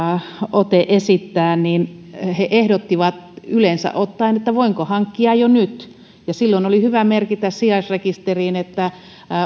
ote esittää niin he he ehdottivat yleensä ottaen että voinko hankkia jo nyt silloin oli hyvä merkitä sijaisrekisteriin että